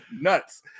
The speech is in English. nuts